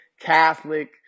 Catholic